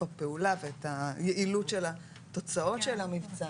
הפעולה ואת היעילות של התוצאות של המבצע.